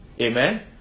Amen